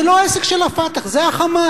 זה לא העסק של ה"פתח", זה ה"חמאס".